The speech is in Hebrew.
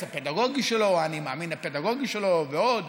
הפדגוגי שלו או האני מאמין הפדגוגי שלו ועוד.